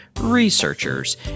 researchers